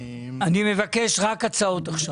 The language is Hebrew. אני מבקש רק הצעות.